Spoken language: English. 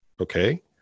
Okay